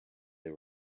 they